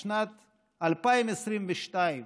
בשנת 2022,